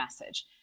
message